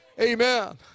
Amen